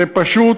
זה פשוט